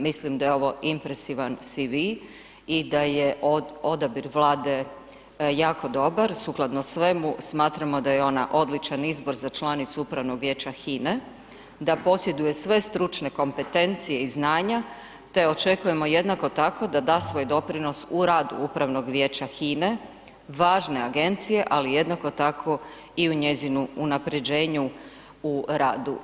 Mislim da je ovo impresivan CV i da je odabir Vlade jako dobar sukladno svemu smatramo da je ona odličan izbor za članicu Upravnog vijeća Hine, da posjeduje sve stručne kompetencije i znanja te očekujemo jednako tako da da svoj doprinos u radu Upravnog vijeća Hine, važne agencije, ali jednako tako i u njezinu unapređenju u radu.